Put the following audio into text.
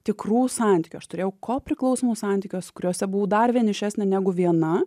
tikrų santykių aš turėjau kopriklausomus santykius kuriuose buvau dar vienišesnė negu viena